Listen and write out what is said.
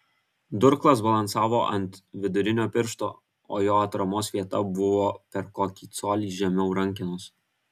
durklas balansavo ant vidurinio piršto o jo atramos vieta buvo per kokį colį žemiau rankenos